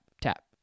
tap